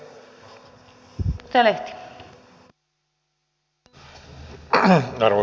arvoisa rouva puhemies